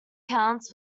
counts